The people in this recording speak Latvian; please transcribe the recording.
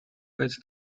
pēc